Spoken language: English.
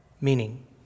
Meaning